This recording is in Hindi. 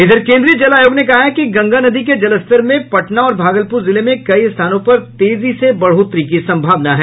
इधर केन्द्रीय जल आयोग ने कहा है कि गंगा नदी के जलस्तर में पटना और भागलपुर जिले में कई स्थानों पर तेजी से बढ़ोतरी की सम्भावना है